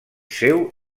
seu